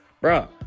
bro